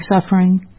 suffering